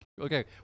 Okay